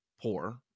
poor